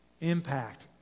impact